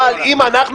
אבל אם אנחנו,